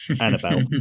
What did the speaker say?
Annabelle